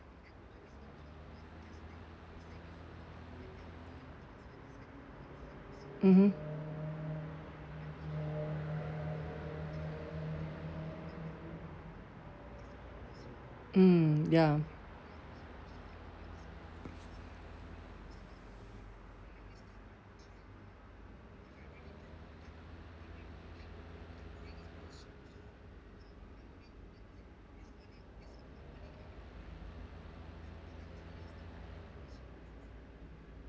mmhmm mm ya